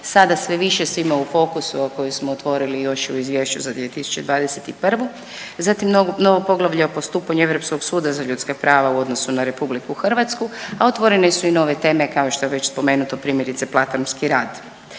sada sve više svima u fokusu, o kojoj smo još otvorili još u Izvješću za 2021., zatim novo poglavlje o postupanju Europskog suda za ljudska prava u odnosu na RH, a otvorene su i nove teme, kao što je već spomenuto, primjerice platformski rad.